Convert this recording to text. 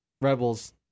Rebels